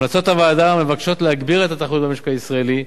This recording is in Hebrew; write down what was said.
המלצות הוועדה מבקשות להגביר את התחרות במשק הישראלי,